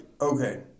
okay